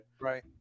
Right